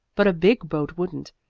but a big boat wouldn't.